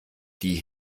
die